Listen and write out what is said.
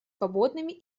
свободными